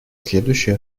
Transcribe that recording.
следующие